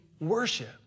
worship